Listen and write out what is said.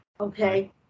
Okay